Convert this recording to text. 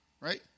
right